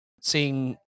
seeing